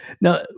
Now